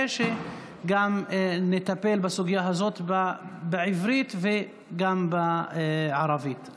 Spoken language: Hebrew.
שנטפל בסוגיה הזאת בעברית וגם בערבית.